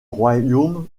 royaume